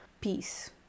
peace